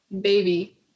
baby